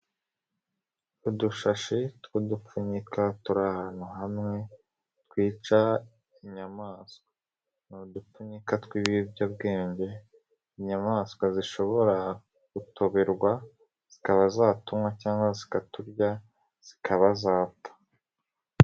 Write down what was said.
Udushashi tw'udupfunyika turi ahantu hamwe, twica inyamaswa ni udupfunyika tw'ibiyobyabwenge, inyamaswa zishobora gutoberwa, zikaba zatumaywa cyangwa zikaturya, zikaba zapfa.